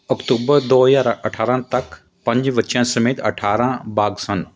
October ਦੋ ਹਜ਼ਾਰ ਅਠਾਰਾਂ ਤੱਕ ਪੰਜ ਬੱਚਿਆਂ ਸਮੇਤ ਅਠਾਰਾਂ ਬਾਘ ਸਨ